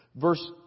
verse